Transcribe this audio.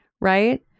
right